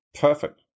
Perfect